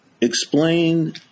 explain